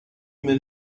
men